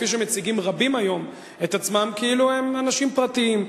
כפי שמציגים רבים היום את עצמם כאילו הם אנשים פרטיים.